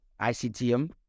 ICTM